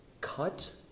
cut